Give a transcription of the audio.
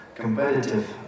competitive